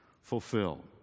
Fulfill